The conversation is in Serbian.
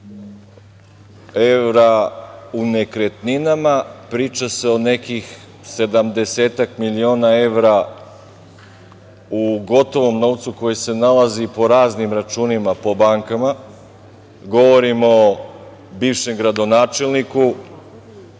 evra u nekretninama, priča se o nekih sedamdesetak miliona evra u gotovom novcu koji se nalazi po raznim računima po bankama. Govorim o bivšem gradonačelniku